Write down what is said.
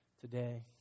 today